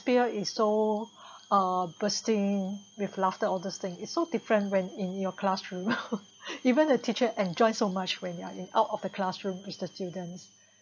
atmosphere is so uh bursting with laughter all this thing is so different when in your classroom even the teacher enjoy so much when you're out of the classroom with the students